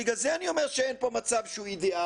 בגלל זה אני אומר שאין פה מצב שהוא אידיאלי.